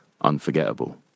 unforgettable